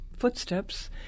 footsteps